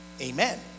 Amen